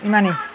ইমানেই